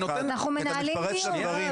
אנחנו מנהלים דיון.